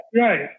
right